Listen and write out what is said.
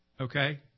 Okay